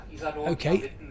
Okay